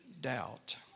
doubt